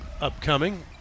upcoming